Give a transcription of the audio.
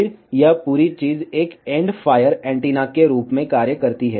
फिर यह पूरी चीज एक एंड फायर एंटीना के रूप में कार्य करती है